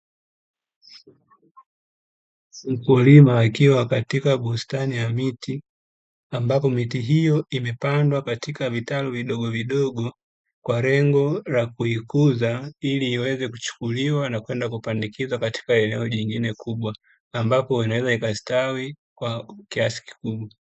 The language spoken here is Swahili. Mkulima akiwa katika bustani ya miti ambapo miti hiyo imepandwa katika vitalu vidogovidogo, kwa lengo la kuikuza ili iweze kuchukuliwa na kwenda kupandikizwa katika eneo jingine kubwa, ambapo inaweza ikastawi kwa kiasi kikubwa.